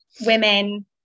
women